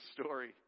story